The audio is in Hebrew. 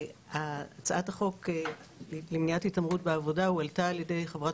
הצעת החוק למניעת התעמרות בעבודה הועלתה על-ידי חברת